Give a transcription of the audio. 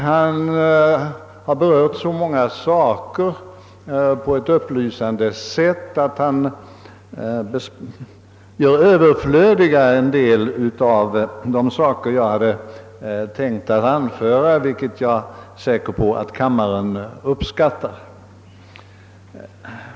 Herr Burenstam Linder har berört så många saker på ett upplysande sätt att han gjort onödiga en del av de påpekanden jag hade tänkt anföra, vilket jag är säker på att kammaren uppskattar.